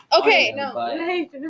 okay